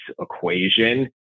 equation